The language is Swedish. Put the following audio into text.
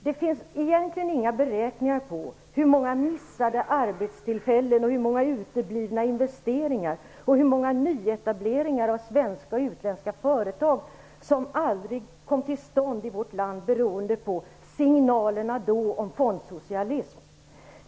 Det finns egentligen inga beräkningar på hur många arbetstillfällen, hur många investeringar och hur många nyetableringar av svenska och utländska företag som aldrig kom till stånd i vårt land beroende på signalerna då om fondsocialism.